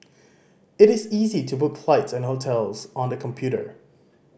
it is easy to book flights and hotels on the computer